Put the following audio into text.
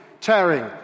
tearing